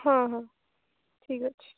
ହଁ ହଁ ଠିକ୍ ଅଛି